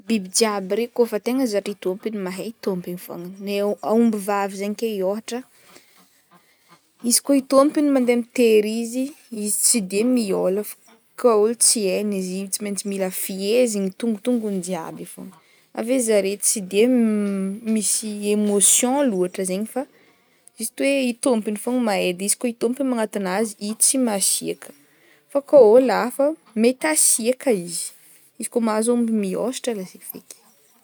Biby jiaby re kaofa tegna zatry tompony mahe tompiny fogna, gne ô- aomby vavy zegny ke ôhatra, izy koa i tompony mande mitery izy, izy tsy de mihôla fao, koa olo tsy hegny izy i tsy maintsy fihezegny ny tongotongony jiaby i fogna, ave zare tsy de m misy emotion loatra zegny fa, juste hoe i tômpogny fogny mahe de izy i tompogny magnatona azy i tsy masiaka, fao koa olo hafa mety asiaka izy, izy koa mahazo aomby mihôzatra la se feky.